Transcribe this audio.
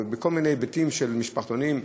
ובכל מיני היבטים של המשפחתונים.